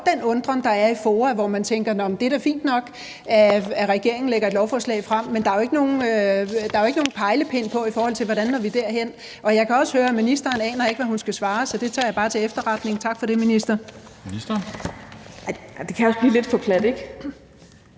den undren, der er i FOA, hvor man tænker, at det da er fint nok, at regeringen lægger et lovforslag frem, men at der ikke er nogen pegepind, i forhold til hvordan vi når derhen. Jeg kan også høre, at ministeren ikke aner, hvad hun skal svare, så det tager jeg bare til efterretning. Tak for det, minister. Kl. 12:13 Formanden